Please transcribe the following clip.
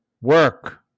work